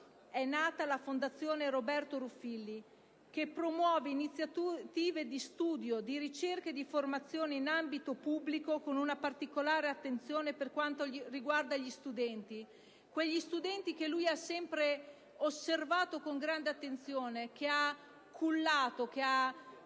è nata la Fondazione Roberto Ruffilli, che promuove iniziative di studio, di ricerca e di formazione in ambito pubblico, con una particolare attenzione per quanto riguarda gli studenti: quegli studenti che lui ha sempre osservato con grande attenzione, che ha cullato, che ha